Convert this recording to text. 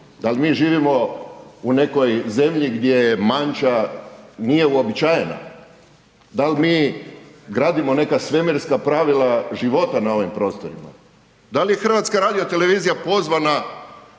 Da li mi živimo u nekoj zemlji gdje manča nije uobičajena? Da li mi gradimo neka svemirska pravila života na ovim prostorima? Da li je HRT pozvana